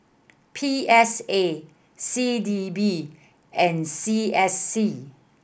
P S A C D B and C S C